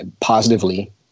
positively